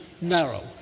narrow